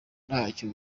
ntacyo